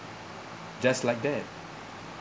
just like that